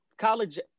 College